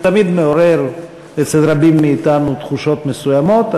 זה תמיד מעורר אצל רבים מאתנו תחושות מסוימות,